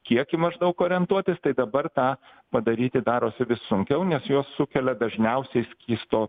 kiekį maždaug orientuotis tai dabar tą padaryti darosi vis sunkiau nes juos sukelia dažniausiai skysto